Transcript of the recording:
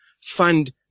fund